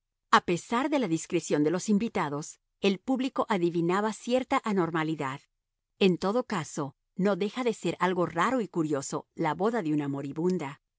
a pesar de la discreción de los invitados el público adivinaba cierta anormalidad en todo caso no deja de ser algo raro y curioso la boda de una